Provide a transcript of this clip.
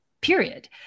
period